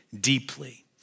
deeply